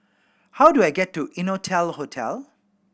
how do I get to Innotel Hotel